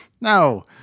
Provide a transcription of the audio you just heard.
No